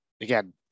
Again